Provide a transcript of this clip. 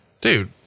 dude